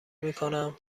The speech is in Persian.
میکنم